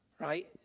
Right